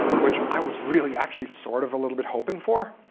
which i was really, actually sort of a little bit hoping for.